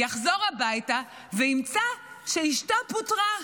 יחזור הביתה וימצא שאשתו פוטרה.